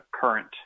current